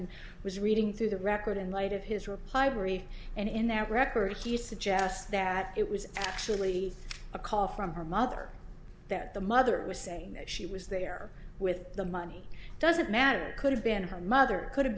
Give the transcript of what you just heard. and was reading through the record in light of his reply brief and in the record he suggests that it was actually a call from her mother that the mother was saying that she was there with the money does matter could have been her mother could have